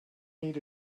need